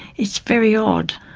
it's very odd.